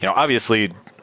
you know obviously,